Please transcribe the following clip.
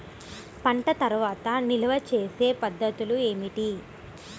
పంట తర్వాత నిల్వ చేసే పద్ధతులు ఏమిటి?